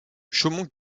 chaumont